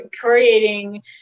creating